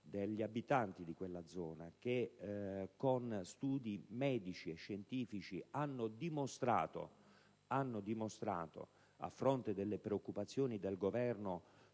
degli abitanti di quella zona che, con studi medici e scientifici, hanno dimostrato - a fronte delle preoccupazioni del Governo